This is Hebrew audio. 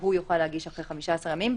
והוא יוכל להגיש אחרי 15 ימים,